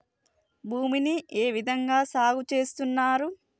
భూమిని ఏ విధంగా సాగు చేస్తున్నారు?